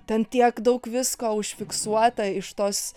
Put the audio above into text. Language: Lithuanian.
ten tiek daug visko užfiksuota iš tos